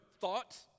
thought